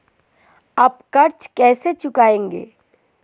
आप कर्ज कैसे चुकाएंगे?